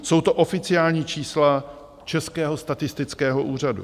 Jsou to oficiální čísla Českého statistického úřadu.